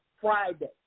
Friday